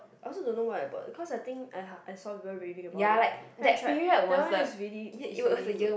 I also don't know why I bought because I think I saw people raving about it then I tried that one is really is really good